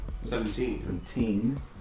Seventeen